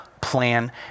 plan